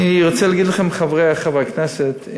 אני רוצה להגיד לכם, חברי הכנסת,